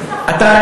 אתה,